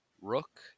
Rook